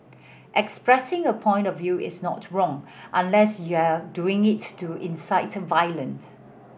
expressing a point of view is not wrong unless you're doing it to incite violent